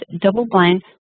double-blind